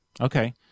Okay